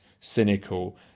cynical